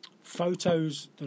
photos